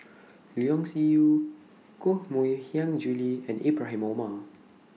Leong Yee Soo Koh Mui Hiang Julie and Ibrahim Omar